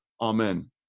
Amen